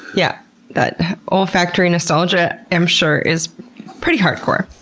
yeah that olfactory nostalgia, i'm sure, is pretty hard core.